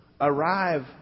arrive